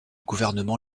gouvernement